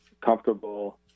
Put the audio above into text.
comfortable